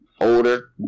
older